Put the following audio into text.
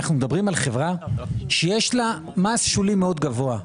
אנחנו מדברים על חברה שיש לה מס שולי מאוד גבוה,